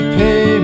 pay